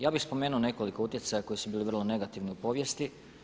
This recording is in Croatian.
Ja bih spomenuo nekoliko utjecaja koji su bili vrlo negativni u povijesti.